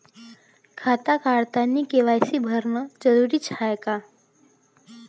खातं काढतानी के.वाय.सी भरनं जरुरीच हाय का?